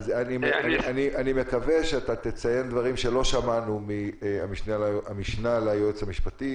אני מקווה שתציין דברים שלא שמענו מהמשנה ליועץ המשפטי.